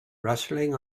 rustling